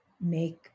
make